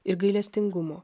ir gailestingumo